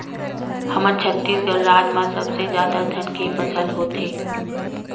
हमर छत्तीसगढ़ राज म सबले जादा धान के फसल होथे